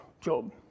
Job